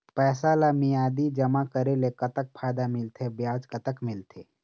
पैसा ला मियादी जमा करेले, कतक फायदा मिलथे, ब्याज कतक मिलथे?